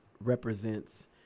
represents